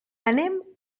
anem